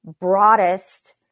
broadest